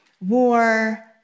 War